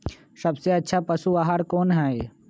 सबसे अच्छा पशु आहार कोन हई?